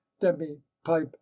demi-pipe